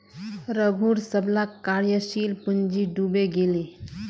रघूर सबला कार्यशील पूँजी डूबे गेले